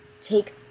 take